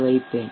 வைப்பேன்